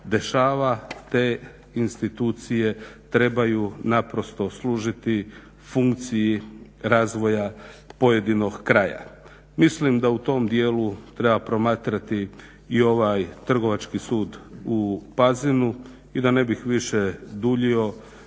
te institucije trebaju naprosto služiti funkciji razvoja pojedinog kraja. Mislim da u tom dijelu treba promatrati i ovaj Trgovački sud u Pazinu i da ne bih više duljio